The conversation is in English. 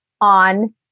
on